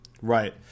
Right